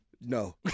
no